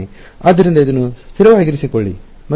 ಆದ್ದರಿಂದ ಇದನ್ನು ಸ್ಥಿರವಾಗಿರಿಸಿಕೊಳ್ಳಿ ಮತ್ತು ಇದನ್ನು ಬದಲಾಯಿಸುತ್ತಿರಿ